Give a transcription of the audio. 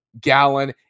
Gallon